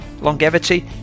longevity